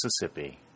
Mississippi